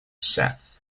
seth